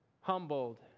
humbled